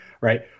Right